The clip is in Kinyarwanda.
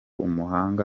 umuhanzi